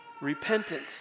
Repentance